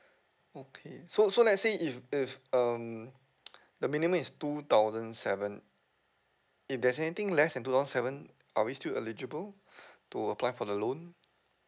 okay so so let's say if if um the minimum is two thousand seven if there's anything less than two thousand seven are we still eligible to apply for the loan